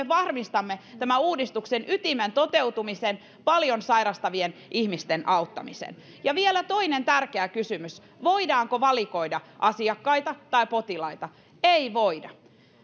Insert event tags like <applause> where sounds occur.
<unintelligible> varmistamme tämän uudistuksen ytimen toteutumisen paljon sairastavien ihmisten auttamisen ja vielä toinen tärkeä kysymys voidaanko valikoida asiakkaita tai potilaita ei voida